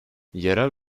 yerel